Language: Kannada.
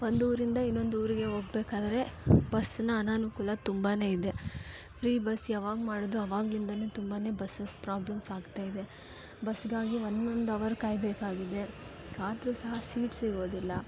ಒಂದೂರಿಂದ ಇನ್ನೊಂದೂರಿಗೆ ಹೋಗ್ಬೇಕಾದ್ರೆ ಬಸ್ನ ಅನನುಕೂಲ ತುಂಬಾ ಇದೆ ಫ್ರೀ ಬಸ್ ಯಾವಾಗ ಮಾಡಿದ್ರು ಆವಾಗ್ಲಿಂದನೆ ತುಂಬ ಬಸಸ್ ಪ್ರಾಬ್ಲಮ್ಸ್ ಆಗ್ತಾಯಿದೆ ಬಸ್ಗಾಗಿ ಒನ್ನೊಂದು ಅವರ್ ಕಾಯಬೇಕಾಗಿದೆ ಕಾದ್ರೂ ಸಹ ಸೀಟ್ ಸಿಗೋದಿಲ್ಲ